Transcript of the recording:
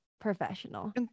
Professional